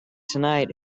tonight